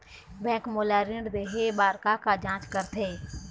Bank मोला ऋण देहे बार का का जांच करथे?